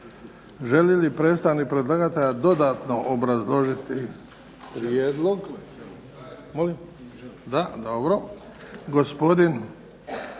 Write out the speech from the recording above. Želi li predstavnik predlagatelja dodatno obrazložiti prijedlog? Da. Gospodin